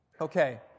okay